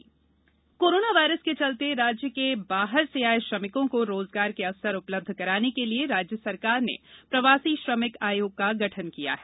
श्रमिक आयोग corona virus के चलते राज्य के बाहर से आये श्रमिकों को रोजगार के अवसर उपलब्ध कराने के लिए राज्य सरकार ने प्रवासी श्रमिक आयोग का गठन किया है